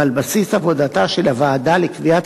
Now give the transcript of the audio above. ועל בסיס עבודתה של הוועדה לקביעת